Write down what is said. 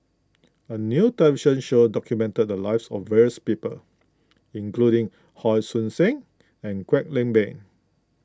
a new television show documented the lives of various people including Hon Sui Sen and Kwek Leng Beng